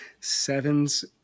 sevens